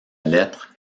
lettre